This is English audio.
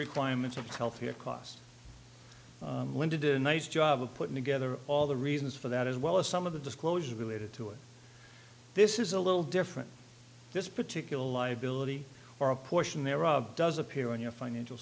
requirements of health care costs to do a nice job of putting together all the reasons for that as well as some of the disclosures related to it this is a little different this particular liability or a portion thereof does appear in your financial